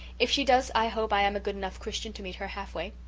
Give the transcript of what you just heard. if she does i hope i am a good enough christian to meet her half-way.